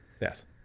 Yes